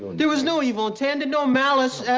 there was no evil intended, no malice,